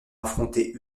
affronter